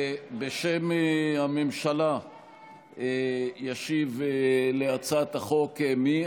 בשם הממשלה ישיב להצעת החוק, מי?